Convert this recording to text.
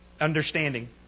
understanding